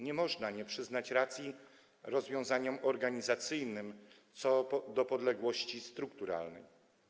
Nie można nie przyznać racji rozwiązaniom organizacyjnym co do podległości strukturalnej.